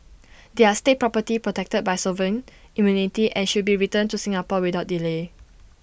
they are state property protected by sovereign immunity and should be returned to Singapore without delay